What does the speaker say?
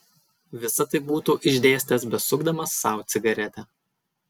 visa tai būtų išdėstęs besukdamas sau cigaretę